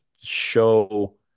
show